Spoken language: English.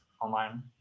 online